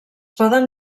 poden